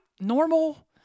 normal